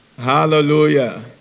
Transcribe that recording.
Hallelujah